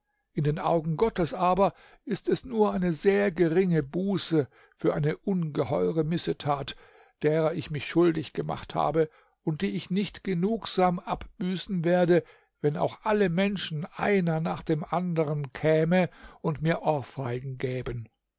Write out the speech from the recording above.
in den augen gottes aber ist es nur eine sehr geringe buße für eine ungeheure missetat deren ich mich schuldig gemacht habe und die ich nicht genugsam abbüßen würde wenn auch alle menschen einer nach dem andern kämen und mir ohrfeigen gäben